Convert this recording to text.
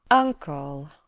uncle!